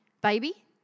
baby